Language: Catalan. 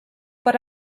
per